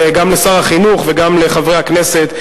גם לשר החינוך וגם לחברי הכנסת,